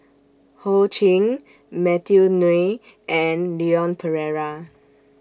Ho Ching Matthew Ngui and Leon Perera